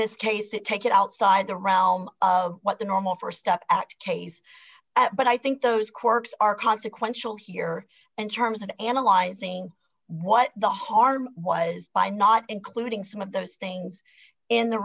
this case it take it outside the realm of what the normal for stock act case but i think those quirks are consequential here in terms of analyzing what the harm was by not including some of those things in the